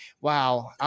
wow